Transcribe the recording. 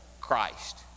Christ